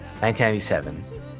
1997